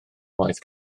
waith